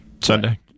Sunday